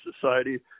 Society